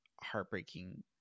heartbreaking